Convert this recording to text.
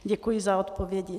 Děkuji za odpovědi.